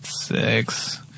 six